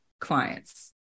clients